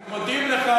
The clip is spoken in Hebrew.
אנחנו מודים לך.